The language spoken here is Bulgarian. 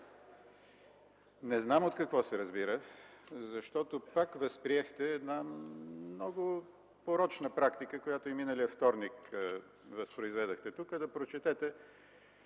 Не знам от какво се разбира, защото пак възприехте една много порочна практика, която и миналия вторник възпроизведохте тук – да прочетете